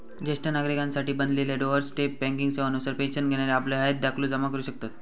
ज्येष्ठ नागरिकांसाठी बनलेल्या डोअर स्टेप बँकिंग सेवा नुसार पेन्शन घेणारे आपलं हयात दाखलो जमा करू शकतत